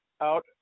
out